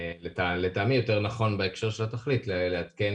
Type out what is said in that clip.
ולטעמי יותר נכון בהקשר של התכלית לתקן